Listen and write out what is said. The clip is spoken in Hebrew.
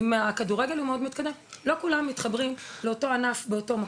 לא כולם מתחברים לאותו ענף באותו מקום,